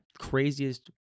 craziest